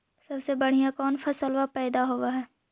सबसे बढ़िया कौन फसलबा पइदबा होब हो?